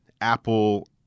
Apple